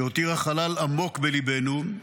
שהותירה חלל עמוק בליבנו,